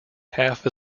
half